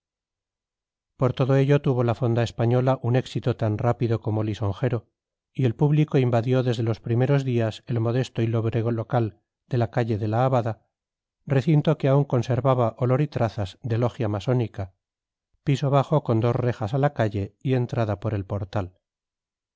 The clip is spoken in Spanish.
todo ello tuvo la fonda española un éxito tan rápido como lisonjero y el público invadió desde los primeros días el modesto y lóbrego local de la calle de la abada recinto que aún conservaba olor y trazas de logia masónica piso bajo con dos rejas a la calle y entrada por el portal